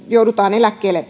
joudutaan eläkkeelle